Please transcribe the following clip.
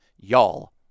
y'all